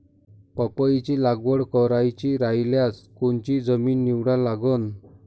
पपईची लागवड करायची रायल्यास कोनची जमीन निवडा लागन?